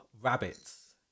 rabbits